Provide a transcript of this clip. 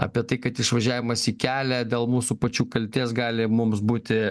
apie tai kad išvažiavimas į kelią dėl mūsų pačių kaltės gali mums būti